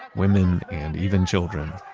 women and even children.